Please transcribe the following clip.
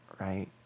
right